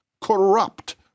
corrupt